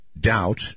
doubt